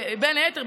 בין היתר,